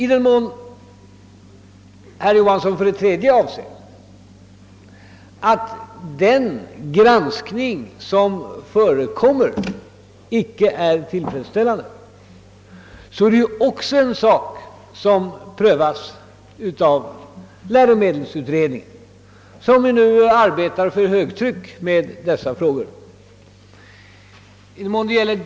I den mån herr Johansson, för det tredje, avser att den granskning som förekommer icke är tillfredsställande vill jag säga, att detta också är en fråga som prövas av läromedelsutredningen, vilken ju för närvarande arbetar för högtryck med dessa spörsmål.